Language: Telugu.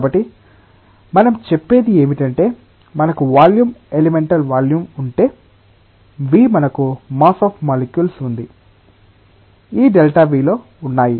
కాబట్టి మనం చెప్పేది ఏమిటంటే మనకు వాల్యూమ్ ఎలిమెంటల్ వాల్యూమ్ ఉంటే v మనకు మాస్ ఆఫ్ మాలిక్యూల్స్ ఉంది ఈ ΔV లో ఉన్నాయి